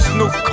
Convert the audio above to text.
Snoop